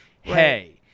hey